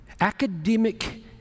academic